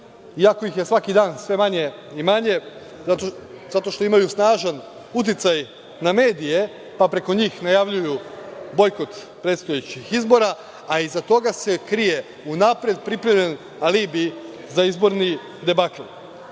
ako ih je svaki dan sve manje i manje, zato što imaju snažan uticaj na medije, pa preko njih najavljuju bojkot predstojećih izbora a iza toga se krije unapred pripremljen alibi za izborni debakl.